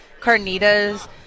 carnitas